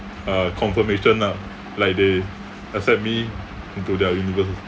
uh confirmation ah like they accept me into their university